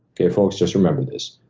okay, folks? just remember this.